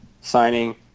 signing